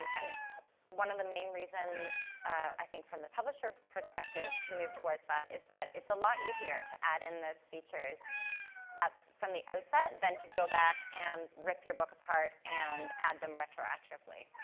and one of the main reasons, i think, from the publisher perspective to move towards that, is that it's a lot easier to add in those features from the outset, then to go back and rip your book apart and add them retroactively.